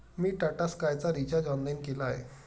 मी टाटा स्कायचा recharge online केला आहे